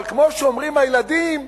אבל כמו שאומרים הילדים,